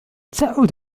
سأعود